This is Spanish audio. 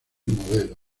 modelo